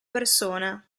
persone